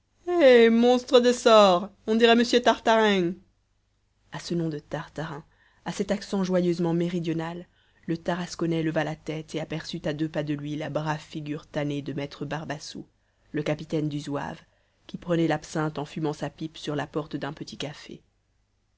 monstre de sort on dirait monsieur tartarin a ce nom de tartarin à cet accent joyeusement méridional le tarasconnais leva la tête et aperçut à deux pas de lui la page brave figure tannée de maître barbassou le capitaine du zouave qui prenait l'absinthe en fumant sa pipe sur la porte d'un petit café